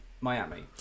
Miami